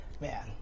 man